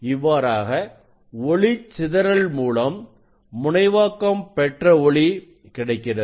இவ்வாறாக ஒளிச்சிதறல் மூலம் முனைவாக்கம் பெற்ற ஒளி கிடைக்கிறது